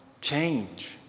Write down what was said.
change